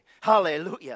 Hallelujah